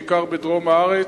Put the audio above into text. בעיקר בדרום הארץ,